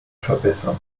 verbessern